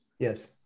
Yes